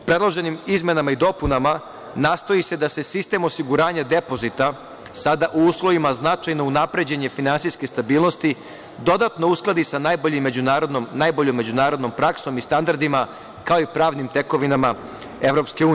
Predloženim izmenama i dopunama nastoji se da se sistem osiguranja depozita sada u uslovima značajno unapređene finansijske stabilnosti dodatno uskladi sa najboljom međunarodnom praksom i standardima, kao i pravnim tekovinama EU.